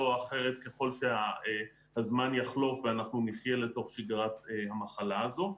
או אחרת ככל שהזמן יחוף ואנחנו נחיה לתוך שגרת המחלה הזו.